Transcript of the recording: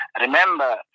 Remember